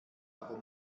aber